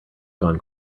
gone